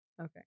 Okay